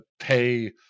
pay